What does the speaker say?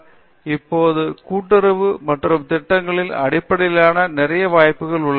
நிர்மலா ஆமாம் ஏனென்றால் இப்போது கூட்டுறவு மற்றும் திட்டங்களின் அடிப்படையில் நிறைய வாய்ப்புகள் உள்ளன